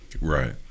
Right